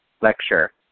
lecture